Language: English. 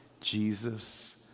Jesus